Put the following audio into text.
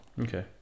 okay